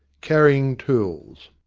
carrying tools.